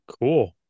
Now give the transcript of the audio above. Cool